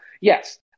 Yes